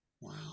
wow